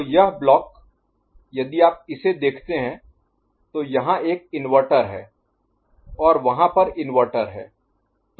तो यह ब्लॉक यदि आप इसे देखते हैं तो यहाँ एक इन्वर्टर है और वहाँ पर इन्वर्टर है